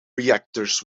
reactors